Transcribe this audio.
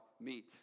meet